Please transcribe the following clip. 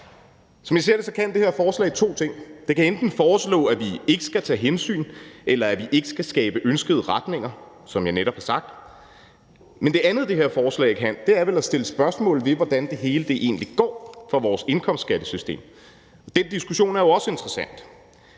Som jeg ser det, kan det her forslag to ting. Det kan enten foreslå, at vi ikke skal tage hensyn, eller at vi ikke skal skabe ønskede retninger, som jeg netop har sagt. Men det andet, det her forslag kan, er vel at stille spørgsmål om, hvordan det hele egentlig går for vort indkomstskattesystem. Den diskussion er jo også interessant.